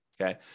okay